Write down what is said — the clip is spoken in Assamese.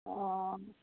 অঁ